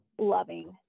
loving